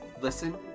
Listen